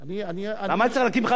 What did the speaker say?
למה היה צריך להקים חברה חדשה?